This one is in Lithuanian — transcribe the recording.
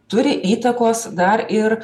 turi įtakos dar ir